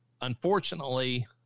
Unfortunately